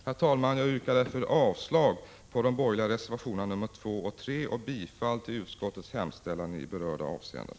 Herr talman! Jag yrkar därför avslag på de borgerliga reservationerna 2 och 3 och bifall till utskottets hemställan i berörda avseenden.